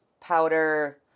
powder